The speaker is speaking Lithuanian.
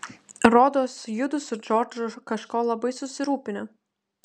rodos judu su džordžu kažko labai susirūpinę